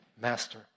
master